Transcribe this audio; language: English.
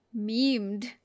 memed